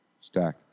Stack